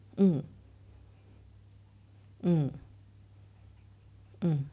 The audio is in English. mm mm mm